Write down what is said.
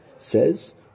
Says